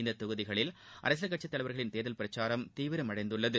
இந்த தொகுதிகளில் அரசியல் கட்சித் தலைவர்களின் தேர்தல் பிரச்சாரம் தீவிரமடைந்துள்ளது